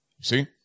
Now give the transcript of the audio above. See